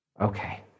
Okay